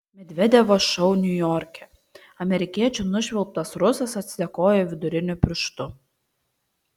medvedevo šou niujorke amerikiečių nušvilptas rusas atsidėkojo viduriniu pirštu